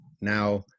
now